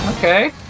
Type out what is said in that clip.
Okay